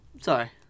Sorry